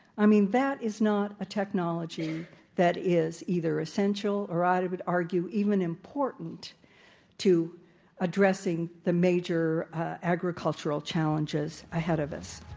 i mean, that is not a technology that is either essential or i would argue even important to addressing the major agricultural challenges ahead of us.